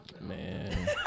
Man